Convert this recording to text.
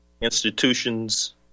institutions